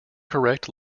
correct